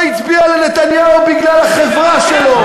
לא הצביע לנתניהו בגלל החברה שלו,